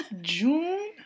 June